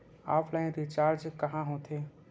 Offline recharge कहां होथे?